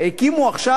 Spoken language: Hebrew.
הקימו עכשיו,